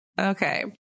Okay